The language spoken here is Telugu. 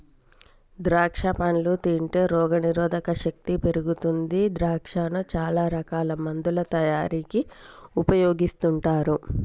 ద్రాక్షా పండ్లు తింటే రోగ నిరోధక శక్తి పెరుగుతుంది ద్రాక్షను చాల రకాల మందుల తయారీకి ఉపయోగిస్తుంటారు